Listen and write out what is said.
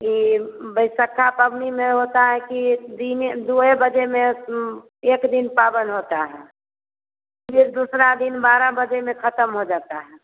ये बैसाखा पवनी में होता है कि दिने दुए बजे में एक दिन पावन होता है फिर दूसरा दिन बारह बजे में ख़त्म हो जाता है